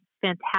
fantastic